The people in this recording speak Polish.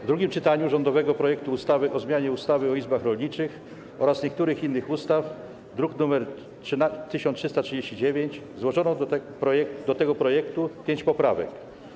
W drugim czytaniu rządowego projektu ustawy o zmianie ustawy o izbach rolniczych oraz niektórych innych ustaw, druk nr 1339, złożono do tego projektu pięć poprawek.